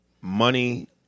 money